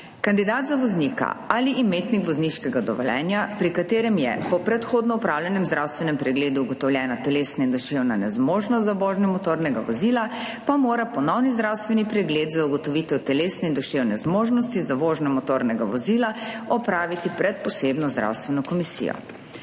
Kandidat za voznika ali imetnik vozniškega dovoljenja, pri katerem je po predhodno opravljenem zdravstvenem pregledu ugotovljena telesna in duševna nezmožnost za vožnjo motornega vozila, pa mora ponovni zdravstveni pregled za ugotovitev telesne in duševne zmožnosti za vožnjo motornega vozila opraviti pred posebno zdravstveno komisijo.